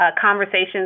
conversations